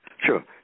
Sure